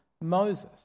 Moses